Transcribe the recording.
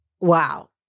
wow